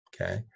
okay